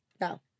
No